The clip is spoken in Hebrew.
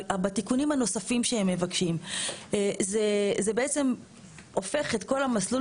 בתיקונים הנוספים שהם מבקשים זה בעצם הופך את כל המסלול